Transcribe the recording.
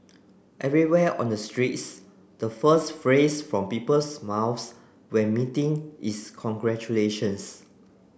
everywhere on the streets the first phrase from people's mouths when meeting is congratulations